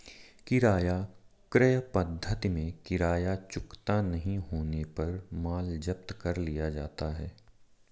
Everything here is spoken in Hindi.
किराया क्रय पद्धति में किराया चुकता नहीं होने पर माल जब्त कर लिया जाता है